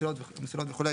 המסילות וכו',